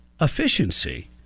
Efficiency